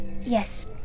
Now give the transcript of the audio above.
Yes